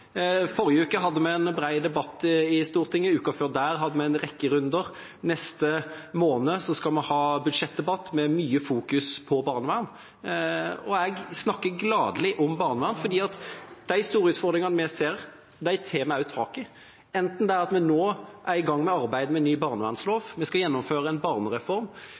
Forrige uke hadde vi en bred debatt i Stortinget, uken før det hadde vi en rekke runder, neste måned skal vi ha budsjettdebatt med mye fokusering på barnevern. Jeg snakker gladelig om barnevern, for de store utfordringene vi ser, tar vi tak i, enten det er at vi nå er i gang med arbeidet med ny barnevernslov, at vi skal gjennomføre en